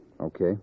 Okay